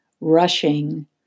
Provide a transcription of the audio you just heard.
rushing